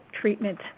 treatment